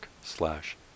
slash